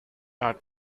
are